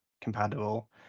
compatible